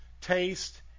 taste